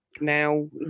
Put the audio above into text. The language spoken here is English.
now